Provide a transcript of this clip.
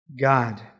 God